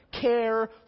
care